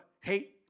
Hate